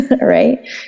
Right